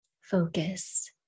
focus